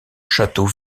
château